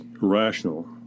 rational